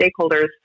stakeholders